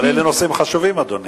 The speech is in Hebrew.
אבל אלה נושאים חשובים, אדוני.